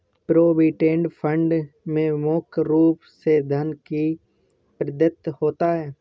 provident fund में मुख्य रूप से धन ही प्रदत्त होता है